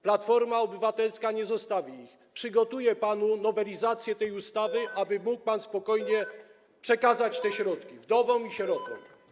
Platforma Obywatelska nie zostawi ich, przygotuje panu nowelizację tej ustawy, aby mógł pan spokojnie przekazać te środki wdowom i sierotom.